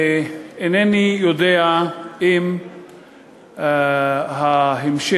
אינני יודע אם ההמשך